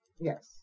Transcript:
Yes